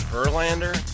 Verlander